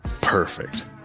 perfect